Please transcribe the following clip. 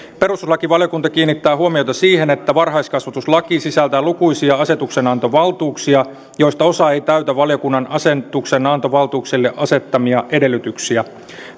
perustuslakivaliokunta kiinnittää huomiota siihen että varhaiskasvatuslaki sisältää lukuisia asetuksenantovaltuuksia joista osa ei täytä valiokunnan asetuksenantovaltuuksille asettamia edellytyksiä